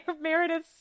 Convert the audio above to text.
Meredith